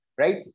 Right